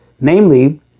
Namely